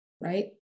right